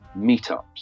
meetups